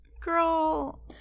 Girl